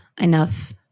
enough